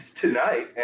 tonight